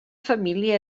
família